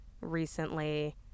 recently